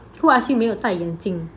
who ask you 没有戴眼镜